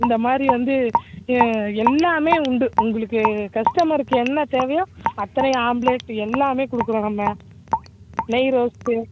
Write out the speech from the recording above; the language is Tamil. இந்த மாதிரி வந்து எல்லாமே உண்டு உங்களுக்கு கஸ்டமருக்கு என்னத் தேவையோ அத்தனையும் ஆம்லெட் எல்லாமே கொடுக்குறோம் நம் நெய் ரோஸ்ட் டு